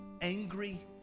angry